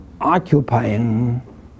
occupying